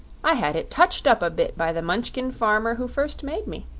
i had it touched up a bit by the munchkin farmer who first made me,